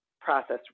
process